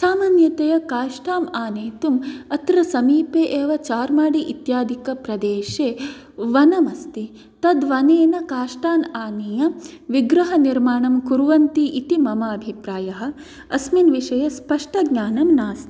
सामान्यतया काष्टां आनेतुम् अत्र समीपे एव चार्माडि इत्यादिक प्रदेशे वनमस्ति तद्वनेन काष्टान् आनीय विग्रहनिर्माणं कुर्वन्ति इति मम अभिप्रायः अस्मिन् विषये स्पष्टं ज्ञानं नास्ति